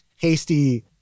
hasty